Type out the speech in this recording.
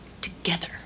together